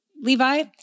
levi